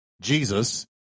Jesus